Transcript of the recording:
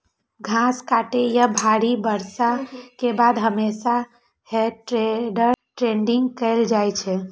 घास काटै या भारी बर्षा के बाद हमेशा हे टेडर टेडिंग कैल जाइ छै